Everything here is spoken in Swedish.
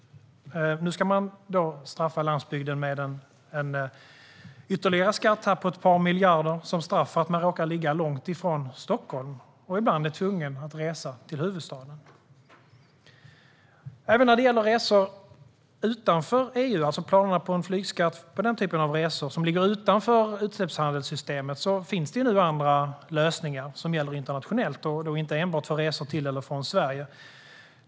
Nu ska man straffa landsbygden med ytterligare skatt på ett par miljarder för att man råkar befinna sig långt från Stockholm och ibland är tvungen att resa till huvudstaden. Även när det gäller planer på en flygskatt för resor utanför EU, som ligger utanför utsläppshandelssystemet, finns det andra lösningar som gäller internationellt, inte enbart för resor till eller från Sverige.